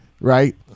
right